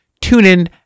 TuneIn